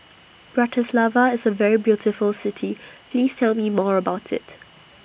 Bratislava IS A very beautiful City Please Tell Me More about IT